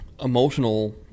emotional